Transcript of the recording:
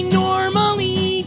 normally